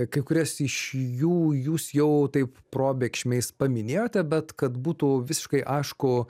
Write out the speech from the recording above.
kai kurias iš jų jūs jau taip probėgšmiais paminėjote bet kad būtų visiškai aišku